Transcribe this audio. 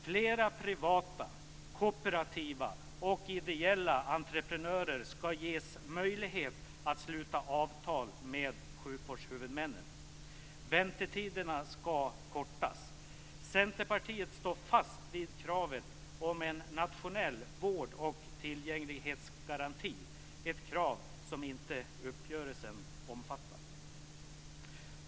Flera privata, kooperativa och ideella entreprenörer skall ges möjlighet att sluta avtal med sjukvårdshuvudmännen. Väntetiderna skall kortas. Centerpartiet står fast vid kravet på en nationell vård och tillgänglighetsgaranti, ett krav som uppgörelsen inte omfattar.